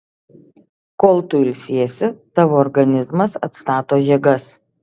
kol tu ilsiesi tavo organizmas atstato jėgas